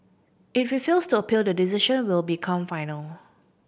if it fails to appeal the decision will become final